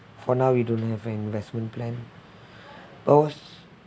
for now we don't have an investment plan !oops!